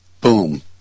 boom